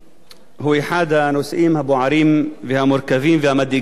היא אחד הנושאים הבוערים והמורכבים והמדאיגים ביותר.